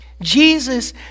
Jesus